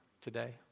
today